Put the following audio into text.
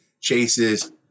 chases